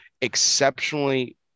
exceptionally